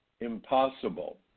impossible